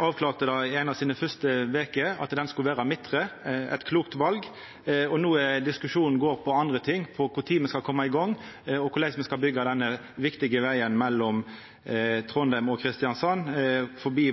avklarte i ei av sine første veker at det skulle vera midtre – eit klokt val. No går diskusjonen om andre ting, på kva tid me skal koma i gang, og korleis me skal byggja denne viktige vegen mellom Trondheim og Kristiansand forbi